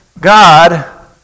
God